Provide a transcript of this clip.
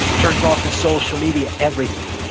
turns off his social media, everything.